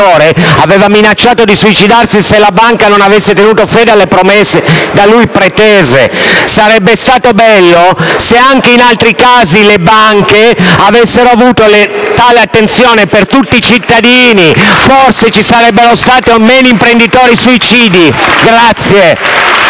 aveva minacciato di suicidarsi se la banca non avesse tenuto fede alle promesse da lui pretese. Sarebbe stato bello se anche in altre casi le banche avessero avuto tale attenzione per tutti i cittadini. Forse, ci sarebbero stati meno imprenditori e lavoratori